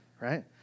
right